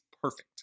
perfect